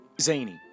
Zany